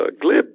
glib